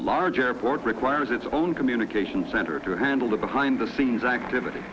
large airport requires its own communications center to handle the behind the scenes activity